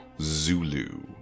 Zulu